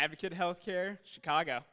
advocate health care chicago